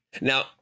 now